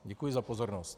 Děkuji za pozornost.